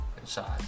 inside